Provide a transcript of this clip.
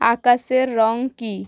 আকাশের রঙ কী